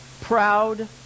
proud